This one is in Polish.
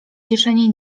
kieszeni